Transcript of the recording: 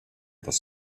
this